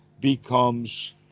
becomes